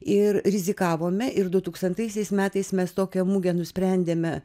ir rizikavome ir du tūkstantaisiais metais mes tokią mugę nusprendėme